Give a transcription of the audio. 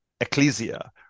ecclesia